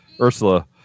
Ursula